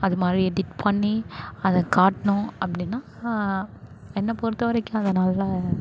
அதுமாதிரி எடிட் பண்ணி அதை காட்டினோம் அப்படின்னா என்னை பொறுத்த வரைக்கும் அதை நல்லா